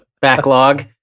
backlog